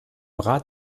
rat